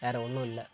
வேற ஒன்றும் இல்லை